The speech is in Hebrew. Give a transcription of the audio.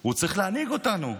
הוא צריך להנהיג אותנו,